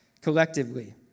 collectively